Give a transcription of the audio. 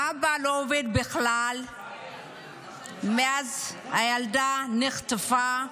האבא לא עובד בכלל מאז שהילדה נחטפה.